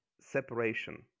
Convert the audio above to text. separation